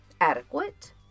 Adequate